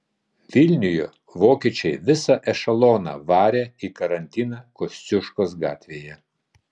vilniuje vokiečiai visą ešeloną varė į karantiną kosciuškos gatvėje